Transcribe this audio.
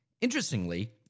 Interestingly